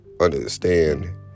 understand